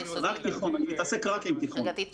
רק תיכון, אני מתעסק רק עם תיכון.